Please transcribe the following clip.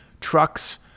trucks